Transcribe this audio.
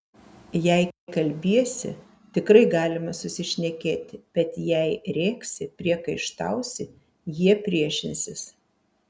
jei kalbiesi tikrai galima susišnekėti bet jei rėksi priekaištausi jie priešinsis